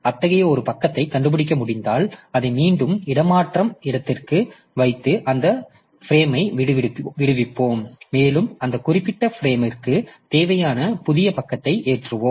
அத்தகைய ஒரு பக்கத்தை கண்டுபிடிக்க முடிந்தால் அதை மீண்டும் இடமாற்று இடத்திற்கு வைத்து அந்த ஃபிரேம்ஐ விடுவிப்போம் மேலும் அந்த குறிப்பிட்ட ஃபிரேம்ற்கு தேவையான புதிய பக்கத்தை ஏற்றுவோம்